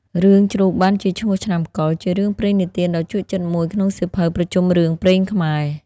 រឿងជ្រូកបានជាឈ្មោះឆ្នាំកុរ ជារឿងព្រេងនិទានដ៏ជក់ចិត្តមួយក្នុងសៀវភៅប្រជុំរឿងព្រេងខ្មែរ ។